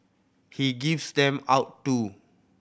he gives them out too